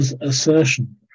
assertion